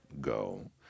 go